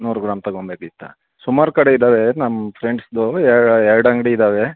ನೂರು ಗ್ರಾಮ್ ತಗೋಬೇಕಿತ್ತಾ ಸುಮಾರು ಕಡೆ ಇದ್ದಾವೆ ನಮ್ಮ ಫ್ರೆಂಡ್ಸ್ದು ಎರಡು ಅಂಗಡಿ ಇದ್ದಾವೆ